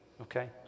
okay